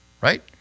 right